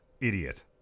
idiot